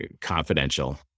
confidential